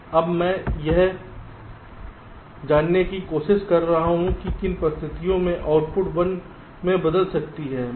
अब मैं यह जानने की कोशिश कर रहा हूं कि किन परिस्थितियों में आउटपुट वैल्यू 1 में बदल सकती है